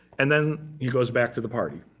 and then he goes back to the party.